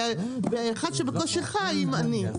ואחד שבקושי חי עם עני.